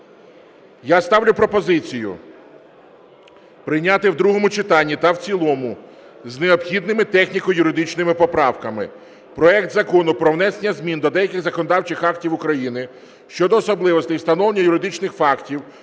Я ставлю пропозицію прийняти в другому читанні та в цілому з необхідними техніко-юридичними поправками проект Закону про внесення змін до деяких законодавчих актів України щодо особливостей встановлення юридичних фактів